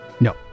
No